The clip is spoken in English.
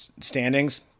standings